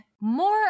more